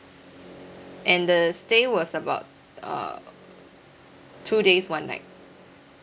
and the stay was about uh two days one night